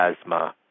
asthma